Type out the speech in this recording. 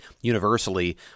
universally